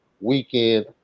weekend